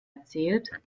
erzählt